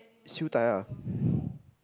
siew dai ah